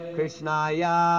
Krishnaya